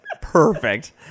Perfect